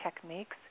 techniques